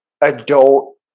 adult